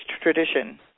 tradition